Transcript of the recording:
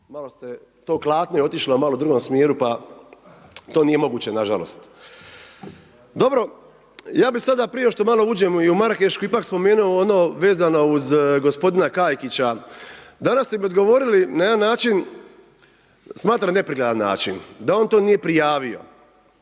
malo ste, to klatno je otišlo malo u drugom smjeru pa to nije moguće nažalost. Dobro, ja bih sada prije što malo uđem i u Marakešku ipak spomenuo ono vezano uz gospodina Kajkića, danas ste mi odgovorili na jedan način, smatram neprikladan način, da on to nije prijavio.